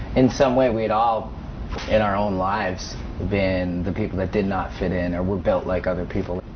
in some way we'd all in our own lives than the people that did not fit in, or were built like other people.